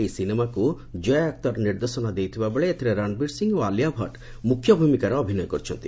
ଏହି ସିନେମାକୁ କୋୟା ଅକ୍ତର ନିର୍ଦ୍ଦେଶନା ଦେଇଥିଲାବେଳେ ଏଥିରେ ରଣବୀର ସିଂ ଓ ଆଲିଆ ଭଟ୍ଟ ମୁଖ୍ୟ ଭୂମିକାରେ ଅଭିନୟ କରିଛନ୍ତି